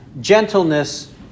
gentleness